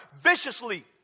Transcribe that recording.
viciously